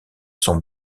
sont